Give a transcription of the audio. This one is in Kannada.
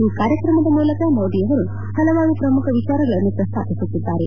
ಈ ಕಾರ್ಯಕ್ರಮದ ಮೂಲಕ ಮೋದಿ ಅವರು ಪಲವಾರು ಪ್ರಮುಖ ವಿಚಾರಗಳನ್ನು ಪ್ರಸ್ತಾಪಿಸುತ್ತಿದ್ದಾರೆ